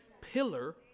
pillar